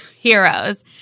Heroes